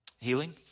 Healing